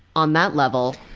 on that level.